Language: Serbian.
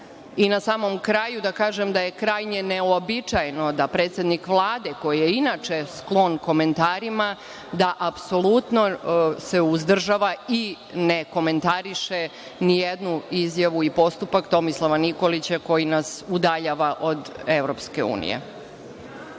samom kraju, da kažem da je krajnje neuobičajeno da predsednik Vlade, koji je inače sklon komentarima, da se apsolutno uzdržava i ne komentariše nijednu izjavu ni postupak Tomislava Nikolića koji nas udaljava od EU. **Veroljub